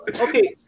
Okay